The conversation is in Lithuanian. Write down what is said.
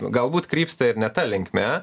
galbūt krypsta ir ne ta linkme